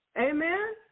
Amen